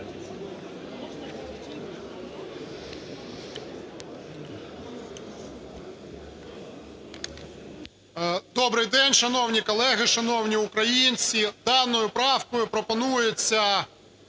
Добрий день, шановні колеги, шановні українці. Даною правкою пропонується